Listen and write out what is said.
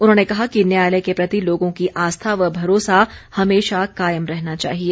उन्होंने कहा कि न्यायालय के प्रति लोगों की आस्था व भरोसा हमेशा कायम रहना चाहिए